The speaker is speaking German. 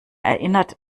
erinnert